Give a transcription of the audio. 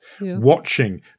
watching